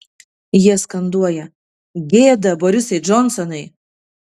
jie skanduoja gėda borisai džonsonai